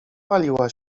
paliła